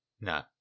No